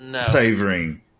savoring